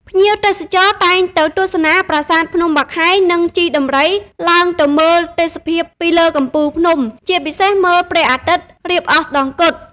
ភ្ញៀវទេសចរតែងទៅទស្សនាប្រាសាទភ្នំបាខែង និង ជិះដំរីឡើងទៅមើលទេសភាពពីលើកំពូលភ្នំ ជាពិសេសមើលព្រះអាទិត្យ រៀបអស្តង្គត ។